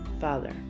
Father